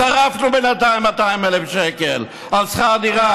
שרפנו בינתיים 200,000 שקל על שכר דירה.